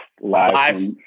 live